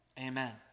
Amen